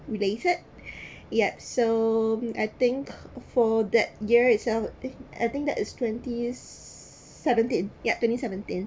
related yup so I think for that year itself eh I think that is twenty seventeen yup twenty seventeen